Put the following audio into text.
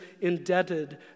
indebted